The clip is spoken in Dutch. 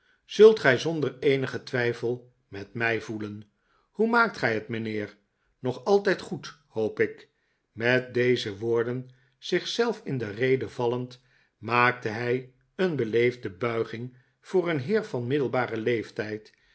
zult gij zonder eenigen twijfel met mij voelen hoe maakt gij het mijnheer nog altijd goed hoop ik met deze woorden zich zelf in de rede vallend maakte hij een beleefde buiging voor een heer van middelbaren leeftijd